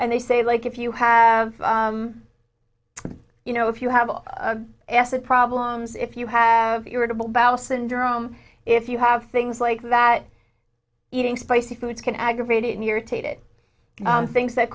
and they say like if you have you know if you have acid problems if you have irritable bowel syndrome if you have things like that eating spicy foods can aggravate it irritated things that